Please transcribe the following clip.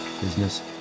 business